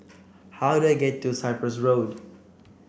how do I get to Cyprus Road